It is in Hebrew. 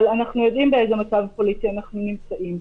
אבל אנחנו יודעים באיזה מצב פוליטי אנחנו נמצאים.